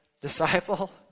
disciple